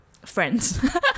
friends